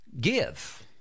Give